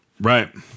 Right